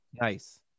Nice